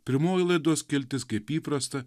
pirmoji laidos skiltis kaip įprasta